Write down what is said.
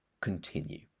continue